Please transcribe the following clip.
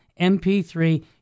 MP3